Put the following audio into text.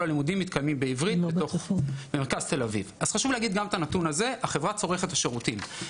שם כל הלימודים מתקיימים בעברית ולמרות זאת הם צורכים את השירותים.